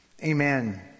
amen